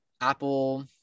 Apple